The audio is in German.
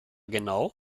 genau